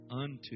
unto